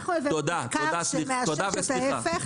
אנחנו הבאנו מחקר שמאשר את ההפך.